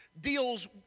deals